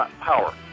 power